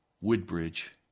Woodbridge